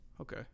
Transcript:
Okay